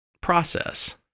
process